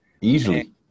Easily